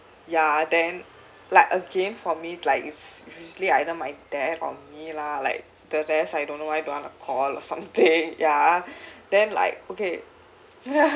ya then like again for me like it's usually either my dad or me lah like the rest I don't know why don't want to call or something ya then like okay